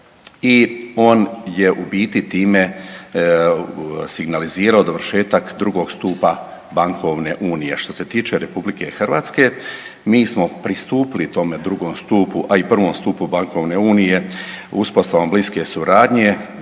i on je u biti time signalizirao dovršetak drugog stupa bankovne unije. Što se tiče RH mi smo pristupili tome drugom stupu, a i prvom stupu bankovne unije uspostavom bliske suradnje